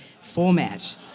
format